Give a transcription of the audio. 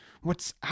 What's